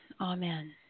Amen